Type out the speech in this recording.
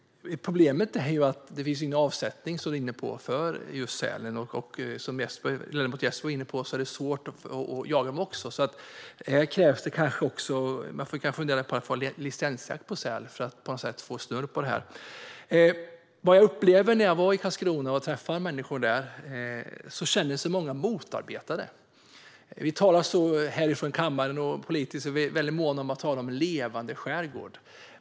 Problemet är att det inte finns någon avsättning, som du är inne på, för just sälen. Och som ledamoten Jesper sa är det också svårt att jaga dem, så man kanske får fundera på att ha licensjakt på säl för att få snurr på det hela. När jag var i Karlskrona upplevde jag att många människor som jag mötte där känner sig motarbetade. Vi här i kammaren är politiskt väldigt måna om en levande skärgård.